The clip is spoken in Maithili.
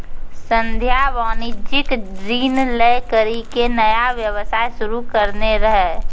संध्या वाणिज्यिक ऋण लै करि के नया व्यवसाय शुरू करने रहै